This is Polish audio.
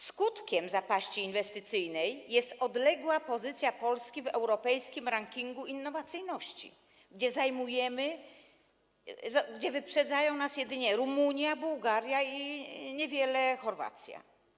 Skutkiem zapaści inwestycyjnej jest odległa pozycja Polski w europejskim rankingu innowacyjności, gdzie wyprzedzają nas jedynie Rumunia, Bułgaria i niewiele Chorwacja.